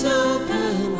open